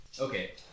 Okay